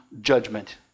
judgment